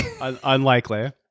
unlikely